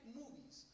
movies